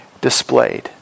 displayed